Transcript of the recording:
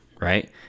right